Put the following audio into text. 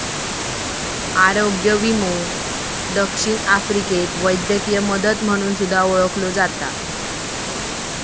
आरोग्य विमो दक्षिण आफ्रिकेत वैद्यकीय मदत म्हणून सुद्धा ओळखला जाता